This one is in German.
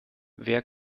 wer